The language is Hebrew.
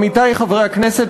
עמיתי חברי הכנסת,